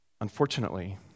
Unfortunately